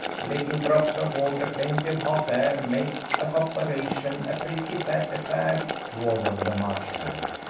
little drops of water, plenty of hot air, make a copperation a pretty fat affair, warbled the march hare.